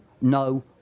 no